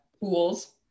pools